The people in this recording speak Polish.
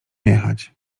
jechać